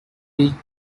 reached